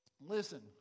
Listen